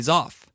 off